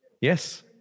Yes